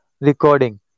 recording